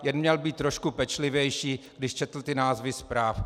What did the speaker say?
Jen měl být trošku pečlivější, když četl ty názvy zpráv.